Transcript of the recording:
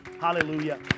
Hallelujah